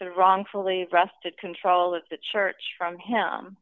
sort of wrongfully wrested control of the church from him